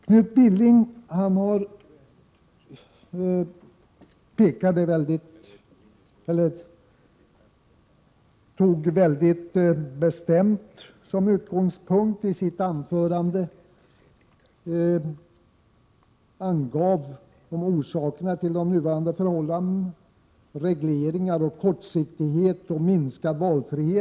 Knut Billing angav mycket bestämt orsakerna till de nuvarande förhållandena: regleringar, kortsiktighet och en minskning av valfriheten.